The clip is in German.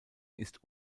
ist